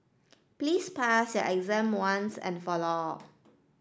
please pass your exam once and for all